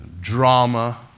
Drama